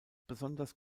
besonders